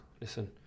listen